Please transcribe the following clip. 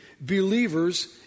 believers